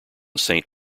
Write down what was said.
saint